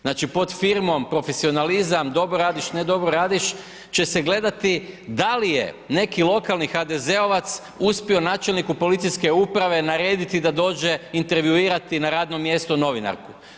Znači, pod firmom profesionalizam, dobro radiš, ne dobro radiš, će se gledati da li je neki lokalni HDZ-ovac uspio načelniku policijske uprave narediti da dođe intervjuirati na radnom mjestu novinarku.